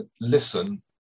listen